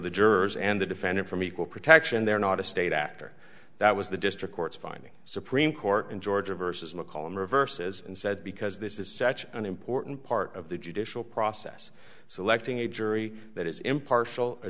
the jurors and the defendant from equal protection they're not a state actor that was the district courts finding supreme court in georgia versus mccollum reverses and said because this is such an important part of the judicial process selecting a jury that is impartial a